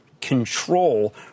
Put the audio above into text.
control